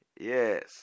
Yes